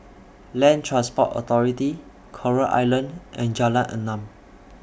Land Transport Authority Coral Island and Jalan Enam